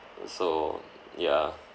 so ya